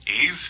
Eve